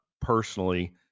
personally